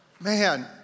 Man